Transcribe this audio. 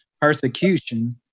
persecution